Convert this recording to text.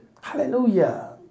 Hallelujah